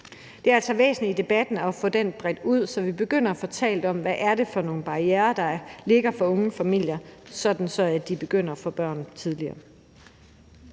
Det er altså væsentligt at få bredt debatten ud, så vi begynder at få talt om, hvad det er for nogle barrierer, der ligger for unge familier, sådan at de begynder at få børn tidligere.